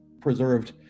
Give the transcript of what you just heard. preserved